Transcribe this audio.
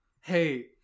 Hey